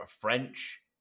French